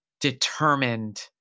determined